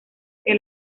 que